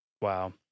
Wow